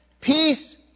peace